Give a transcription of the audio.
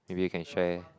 maybe you can share